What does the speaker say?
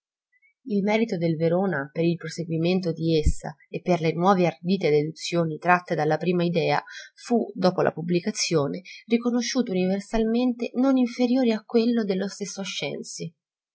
il merito del verona per il proseguimento di essa e per le nuove ardite deduzioni tratte dalla prima idea fu dopo la pubblicazione riconosciuto universalmente non inferiore a quello dello stesso ascensi